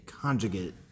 conjugate